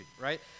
right